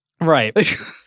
Right